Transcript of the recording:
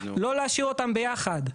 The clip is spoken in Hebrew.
לא להשאיר אותם ביחד,